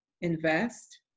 invest